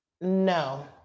No